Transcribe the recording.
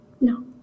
no